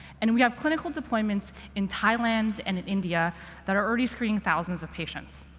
and we have clinical deployments in thailand and in india that are already screening thousands of patients.